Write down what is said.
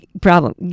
problem